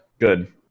Good